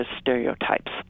stereotypes